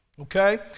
Okay